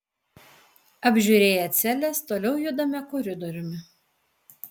apžiūrėję celes toliau judame koridoriumi